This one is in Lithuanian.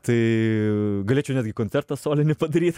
tai galėčiau netgi koncertą solinį padaryt